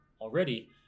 already